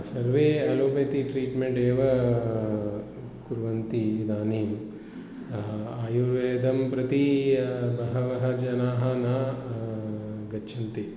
सर्वे अलोपति ट्रीट्मेण्टेव कुर्वन्ति इदानीम् आयुर्वेदं प्रति बहवः जनाः न गच्छन्ति